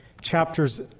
chapters